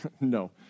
no